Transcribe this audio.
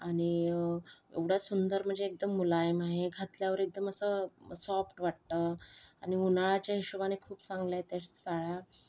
आणि एवढ्या सुंदर म्हणजे एकदम मुलायम आहे घातल्यावर एकदम असं सॉफ्ट वाटतं आणि उन्हाळ्याच्या हिशोबाने खूप चांगल्या आहेत त्या साड्या